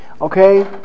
Okay